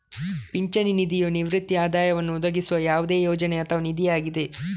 ಪಿಂಚಣಿ ನಿಧಿಯು ನಿವೃತ್ತಿ ಆದಾಯವನ್ನು ಒದಗಿಸುವ ಯಾವುದೇ ಯೋಜನೆ ಅಥವಾ ನಿಧಿಯಾಗಿದೆ